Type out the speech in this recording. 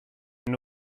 wenn